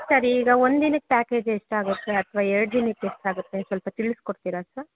sir ಈಗ ಒಂದು ದಿನಕ್ಕೆ ಪ್ಯಾಕೇಜ್ ಎಷ್ಟಾಗತ್ತೆ ಅಥವಾ ಎರಡು ದಿನಕ್ಕೆಷ್ಟಾಗತ್ತೆ ಸ್ವಲ್ಪ ತಿಳ್ಸಿಕೊಡ್ತೀರಾ ಸರ್